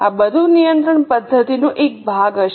આ બધું નિયંત્રણ પદ્ધતિનો એક ભાગ હશે